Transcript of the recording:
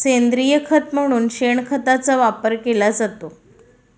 सेंद्रिय खत म्हणून शेणखताचा वापर केला जातो